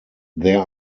there